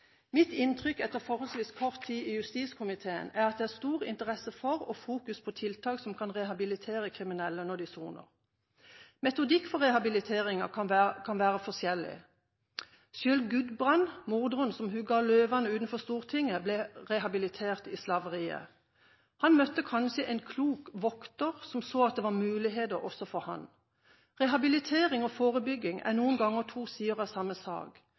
Mitt inntrykk, etter forholdsvis kort tid i justiskomiteen, er at det er stor interesse for og fokusering på tiltak som kan rehabilitere kriminelle når de soner. Metodikk for rehabiliteringen kan være forskjellig. Sjøl Gudbrand, morderen som hugget ut løvene utenfor Stortinget, ble rehabilitert i «slaveriet». Han møtte kanskje en klok vokter som så at det var muligheter også for ham. Rehabilitering og forebygging er noen ganger to sider av samme sak.